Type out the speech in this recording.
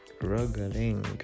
struggling